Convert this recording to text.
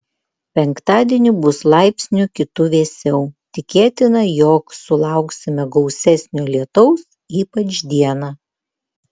penktadienį bus laipsniu kitu vėsiau tikėtina jog sulauksime gausesnio lietaus ypač dieną